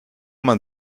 man